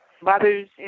mothers